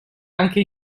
anche